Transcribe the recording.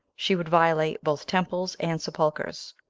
she would violate both temples and sepulchers.